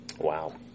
Wow